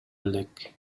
элек